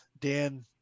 Dan